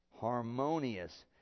Harmonious